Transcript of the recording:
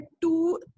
two